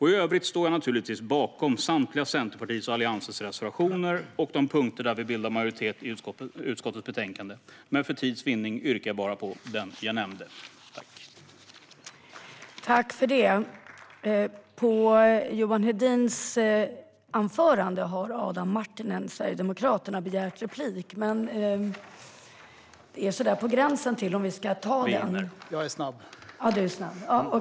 I övrigt står jag naturligtvis bakom samtliga Centerpartiets och Alliansens reservationer och de punkter där vi bildar majoritet i utskottets betänkande, men för tids vinnande yrkar jag bifall bara till den reservation som jag nämnde.